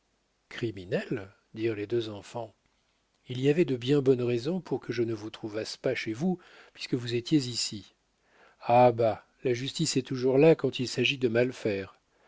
criminel criminel dirent les deux enfants il y avait de bien bonnes raisons pour que je ne vous trouvasse pas chez vous puisque vous étiez ici ah bah la justice est toujours là quand il s'agit de mal faire